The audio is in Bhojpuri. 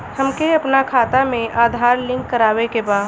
हमके अपना खाता में आधार लिंक करावे के बा?